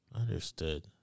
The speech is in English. Understood